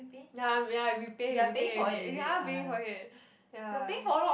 ya I'm ya we pay we pay ya we are paying for it ya